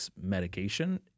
medication